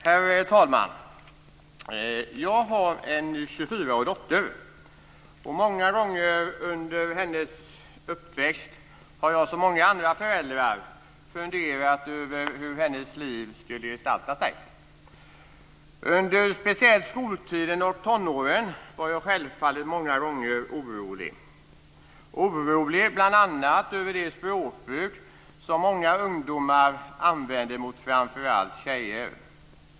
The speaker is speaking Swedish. Herr talman! Jag har en 24-årig dotter. Många gånger under hennes uppväxt har jag, som många andra föräldrar, funderat över hur hennes liv skulle gestalta sig. Speciellt under skoltiden och tonåren var jag självfallet många gånger orolig. Jag var orolig bl.a. över det språkbruk som många ungdomar har mot framför allt tjejer.